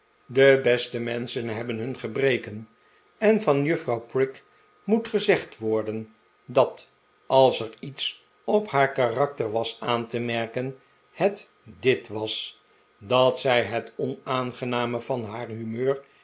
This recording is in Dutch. de beste menschen hebben hun gebreken en van juffrouw prig moet gezegd worden dat als er iets op haar karakter was aan te merken het dit was dat zij het onaangename van haar humeur